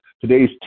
today's